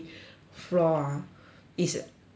floor ah is rented